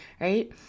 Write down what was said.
right